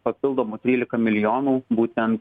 papildomų trylika milijonų būtent